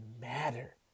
matter